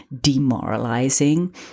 demoralizing